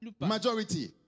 Majority